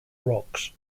rocks